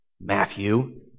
Matthew